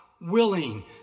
willing